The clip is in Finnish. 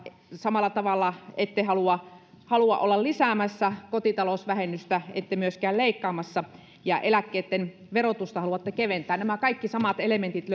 samalla tavalla ette halua halua olla lisäämässä kotitalousvähennystä ette myöskään leikkaamassa ja eläkkeitten verotusta haluatte keventää nämä kaikki samat elementit